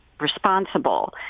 responsible